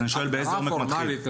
ההנחיה הפורמלית,